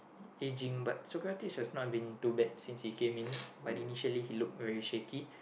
aging but Sokratis was not been too bad since he came in but initially he look very shaky